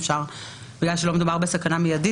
בגלל שלא מדובר בסכנה מיידית,